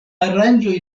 aranĝo